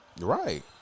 right